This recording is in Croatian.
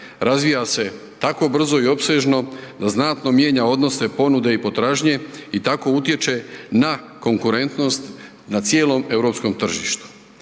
razvija se tako brzo i opsežno da znatno mijenja odnose ponude i potražnje i tako utječe na konkurentnost na cijelom europskom tržištu.